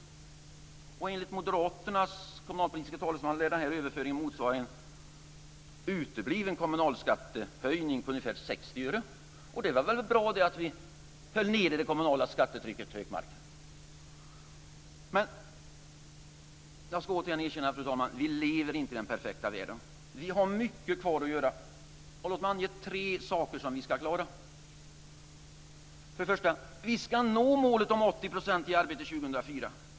Enligt moderaternas kommunalpolitiska talesman lär den här överföringen motsvara en utebliven kommunalskattehöjning på ungefär 60 öre. Det var väl bra att vi höll nere det kommunala skattetrycket, Hökmark. Men jag ska återigen erkänna, fru talman, att vi inte lever i den perfekta världen. Vi har mycket kvar att göra. Låt mig ange tre saker som vi ska klara. För det första ska vi nå målet om 80 % i arbete år 2004.